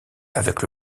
avec